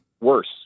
worse